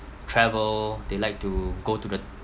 travel they like to go to the